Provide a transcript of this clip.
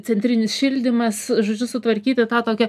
centrinis šildymas žodžiu sutvarkyti tą tokią